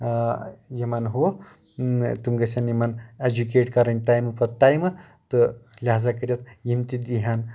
یِمن ہُہ تِم گژھن یِمن ایٚجوٗکیٚٹ کرٕنۍ ٹایمہٕ پٮ۪ٹھ ٹایمہٕ تہٕ لِہازا کٔرِتھ یِم تہِ دِہن